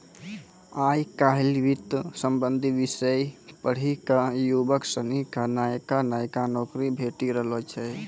आय काइल वित्त संबंधी विषय पढ़ी क युवक सनी क नयका नयका नौकरी भेटी रहलो छै